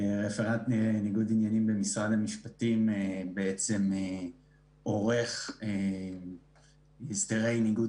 רפרנט לניגוד עניינים במשרד המשפטים עורך הסדרי ניגוד